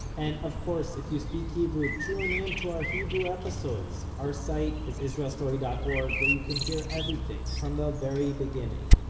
and, of course, if you speak hebrew tune in to our hebrew episodes. our site is israelstory dot org, where you can hear everything, from the very beginning.